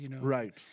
Right